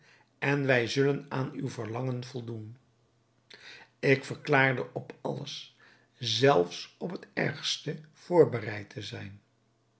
en wij zullen aan uw verlangen voldoen ik verklaarde op alles zelf op het ergste voorbereid te zijn